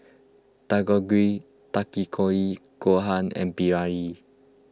Dangojiru Takikomi Gohan and Biryani